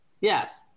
Yes